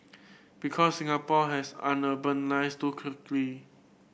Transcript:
because Singapore has urbanised too quickly